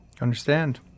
understand